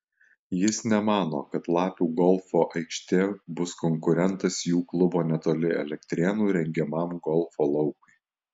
jis nemano kad lapių golfo aikštė bus konkurentas jų klubo netoli elektrėnų rengiamam golfo laukui